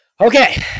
Okay